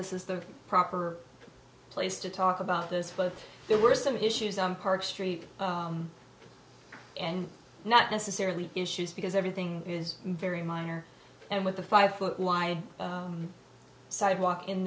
this is the proper place to talk about those folks there were some issues on park street and not necessarily issues because everything is very minor and with a five foot wide sidewalk in